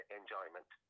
enjoyment